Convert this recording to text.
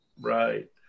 Right